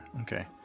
okay